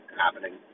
happening